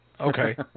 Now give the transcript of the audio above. Okay